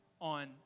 on